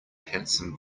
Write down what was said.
handsome